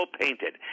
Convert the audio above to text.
painted